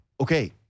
Okay